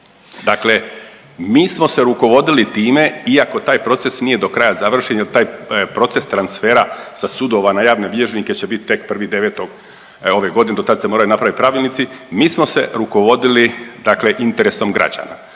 Dakle mi smo se rukovodili time iako taj proces nije do kraja završen, jel taj proces transfera sa sudova na javne bilježnike će bit tek 1.9. ove godine, dotad se moraju napravit pravilnici, mi smo se rukovodili dakle interesom građana